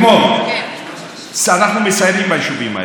יושב-ראש